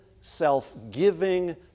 self-giving